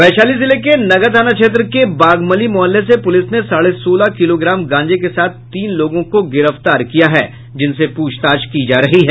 वैशाली जिले के नगर थाना क्षेत्र के बागमली मोहल्ले से पुलिस ने साढ़े सोलह किलोग्राम गांजे के साथ तीन लोगों को गिरफ्तार किया है जिनसे पूछताछ की जा रही है